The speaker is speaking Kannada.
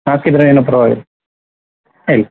ಹಾಕಿದರೆ ಏನು ಪರ್ವಾಗಿಲ್ಲ ಹೇಳಿ